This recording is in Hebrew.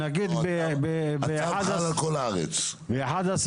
נגיד באחד --- לא, הצו חל על כך הארץ.